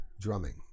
drumming